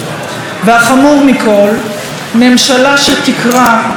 ממשלה שתקרע את מגילת העצמאות לחתיכות.